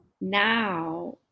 now